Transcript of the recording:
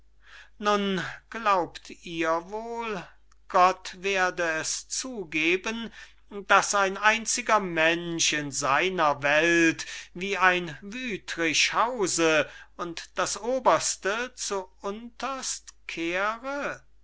nun glaubt ihr wohl gott werde es zugeben daß ein einziger mensch in seiner welt wie ein wüthrich hause und das oberste zu unterst kehre